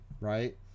Right